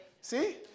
See